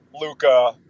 Luca